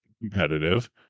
competitive